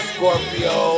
Scorpio